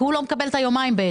כי הוא לא מקבל את היומיים בעצם.